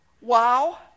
wow